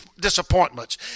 disappointments